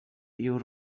your